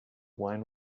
wine